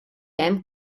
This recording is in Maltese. hemm